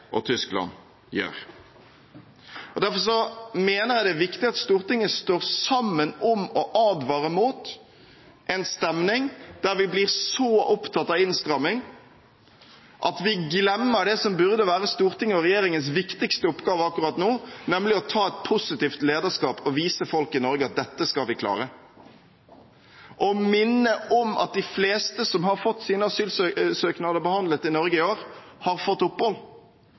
og Tyskland gjør. Derfor mener jeg det er viktig at Stortinget står sammen om å advare mot en stemning der vi blir så opptatt av innstramming at vi glemmer det som burde være Stortingets og regjeringens viktigste oppgave akkurat nå, nemlig å ta et positivt lederskap og vise folk i Norge at dette skal vi klare, og minne om at de fleste som har fått sine asylsøknader behandlet i Norge i år, har fått opphold,